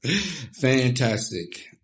fantastic